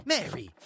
Mary